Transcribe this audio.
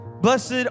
Blessed